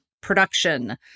production